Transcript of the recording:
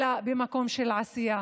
אלא במקום של עשייה.